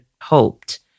hoped